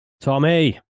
Tommy